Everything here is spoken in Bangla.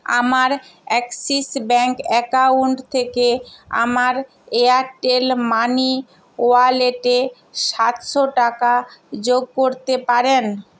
আমার অ্যাক্সিস ব্যাঙ্ক অ্যাকাউন্ট থেকে আমার এয়ারটেল মানি ওয়ালেটে সাতশো টাকা যোগ করতে পারেন